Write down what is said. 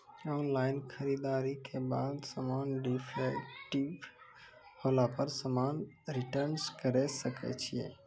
Online खरीददारी के बाद समान डिफेक्टिव होला पर समान रिटर्न्स करे सकय छियै?